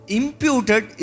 imputed